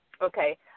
Okay